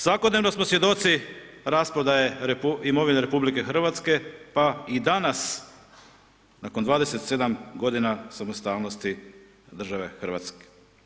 Svakodnevno smo svjedoci rasprodaje imovine RH, pa i danas, nakon 27 godina samostalnosti države Hrvatske.